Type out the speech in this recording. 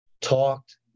talked